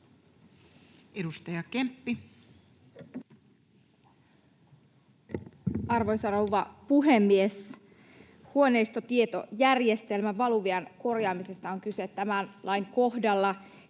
Edustaja Kemppi. Arvoisa rouva puhemies! Huoneistotietojärjestelmän valuvian korjaamisesta on kyse tämän lain kohdalla.